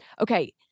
Okay